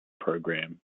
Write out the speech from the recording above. program